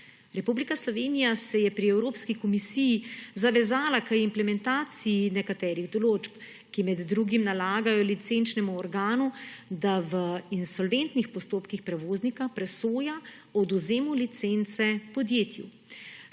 Republika Slovenija se je pri Evropski komisiji zavezala k implementaciji nekaterih določb, ki med drugim nalagajo licenčnemu organu, da v insolventnih postopkih prevoznika presoja o odvzemu licence podjetju.